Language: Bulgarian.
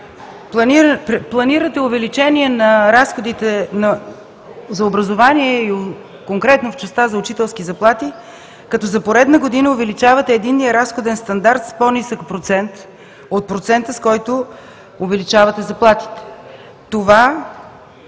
Планирате увеличение на разходите за образование и конкретно в частта за учителски заплати, като за поредна година увеличавате единния разходен стандарт с по-нисък процент от процента, с който увеличавате заплатите. Това